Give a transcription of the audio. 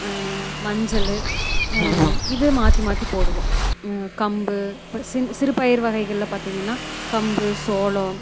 மஞ்சள் இதை மாற்றி மாற்றி போடுவோம் கம்பு இப்போ சிறு பயிர் வகைகளில் பார்த்திங்கன்னா கம்பு சோளம்